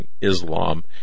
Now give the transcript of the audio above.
Islam